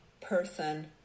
person